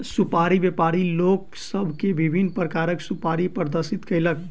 सुपाड़ी व्यापारी लोक सभ के विभिन्न प्रकारक सुपाड़ी प्रदर्शित कयलक